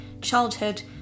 childhood